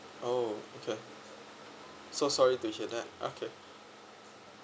oh okay so sorry to hear that okay